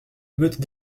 meute